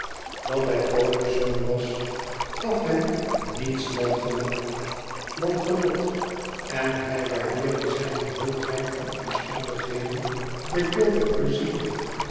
dat hij koningszoon was gaf hem niets dan gemak dan genot en hij waardeerde zijne hoogheid van omstandigheden met jolig pleizier